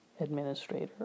administrator